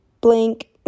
Blank